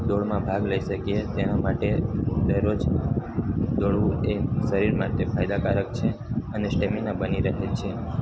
દોડમાં ભાગ લઈ શકીએ જેના માટે દરરોજ દોડવું એ શરીર માટે ફાયદાકારક છે અને સ્ટેમિના બની રહે છે